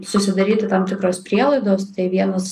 susidaryti tam tikros prielaidos tai vienas